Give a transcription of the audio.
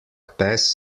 pes